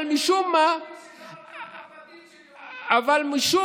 אבל משום מה, אתה שוכח, קרקע פרטית, אבל משום